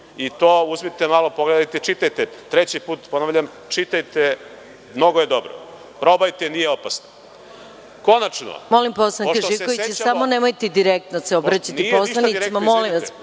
i to uzmite malo pogledajte, čitajte. Treći put vam, ponavljam čitajte, mnogo je dobro. Probajte nije opasno. **Maja Gojković** Molim poslanika Živkovića, samo se nemojte direktno obraćati poslaniku, molim vas.